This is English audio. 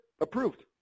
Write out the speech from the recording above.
Approved